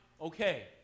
Okay